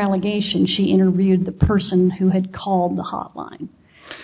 allegation she interviewed the person who had called the hotline